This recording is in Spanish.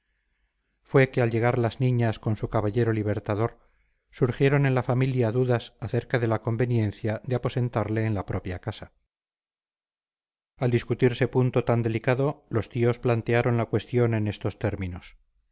fue que al llegar las niñas con su caballero libertador surgieron en la familia dudas acerca de la conveniencia de aposentarle en la propia casa al discutirse punto tan delicado los tíos plantearon la cuestión en estos términos